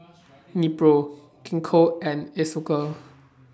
Nepro Gingko and Isocal